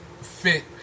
fit